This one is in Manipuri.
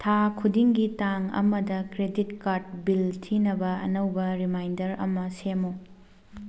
ꯊꯥ ꯈꯨꯗꯤꯡꯒꯤ ꯇꯥꯡ ꯑꯃꯗ ꯀ꯭ꯔꯦꯗꯤꯠ ꯀꯥꯔꯗ ꯕꯤꯜ ꯊꯤꯅꯕ ꯑꯅꯧꯕ ꯔꯤꯃꯥꯏꯟꯗꯔ ꯑꯃ ꯁꯦꯝꯃꯨ